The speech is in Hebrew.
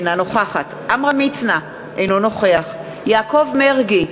אינה נוכחת עמרם מצנע, אינו נוכח יעקב מרגי,